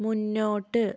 മുന്നോട്ട്